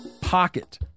pocket